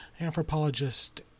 anthropologist